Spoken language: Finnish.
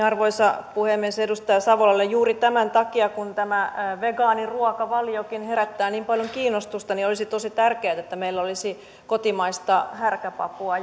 arvoisa puhemies edustaja savolalle juuri tämän takia kun tämä vegaaniruokavaliokin herättää niin paljon kiinnostusta olisi tosi tärkeätä että meillä olisi kotimaista härkäpapua